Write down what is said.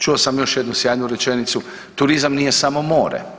Čuo sam još jednu sjajnu rečenicu, turizam nije samo more.